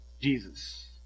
Jesus